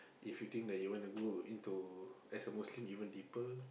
if you think that you want to go into as a Muslim even deeper